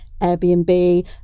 airbnb